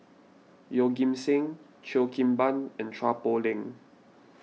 Yeoh Ghim Seng Cheo Kim Ban and Chua Poh Leng